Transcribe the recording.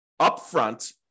upfront